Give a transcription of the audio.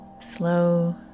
Slow